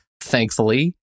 thankfully